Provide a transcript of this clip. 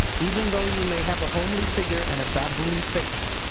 even though you may have a homely figure and a baboon face.